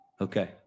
Okay